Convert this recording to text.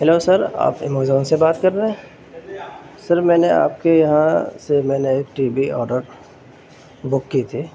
hello sir آپ Amazon سے بات کر رہے ہیں سر میں نے آپ کے یہاں سے میں نے ایک ٹی وی آڈر بک کی تھی